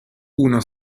uno